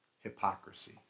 Hypocrisy